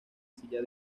silla